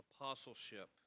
apostleship